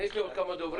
יש לי עוד כמה דוברים.